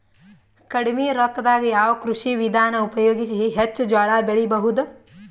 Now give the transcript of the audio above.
ಕಡಿಮಿ ರೊಕ್ಕದಾಗ ಯಾವ ಕೃಷಿ ವಿಧಾನ ಉಪಯೋಗಿಸಿ ಹೆಚ್ಚ ಜೋಳ ಬೆಳಿ ಬಹುದ?